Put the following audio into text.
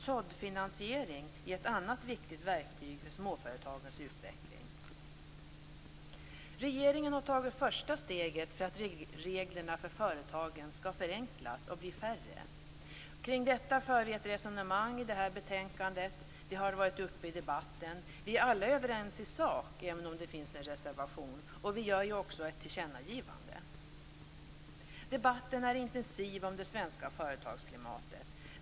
Såddfinansiering är ett annat viktigt verktyg för småföretagens utveckling. Regeringen har tagit första steget för att reglerna för företagen skall förenklas och bli färre. Kring detta för vi ett resonemang i detta betänkande, och det har varit uppe i debatten. Vi är alla överens i sak, även om det finns en reservation. Vi gör också ett tillkännagivande. Debatten om det svenska företagsklimatet är intensiv.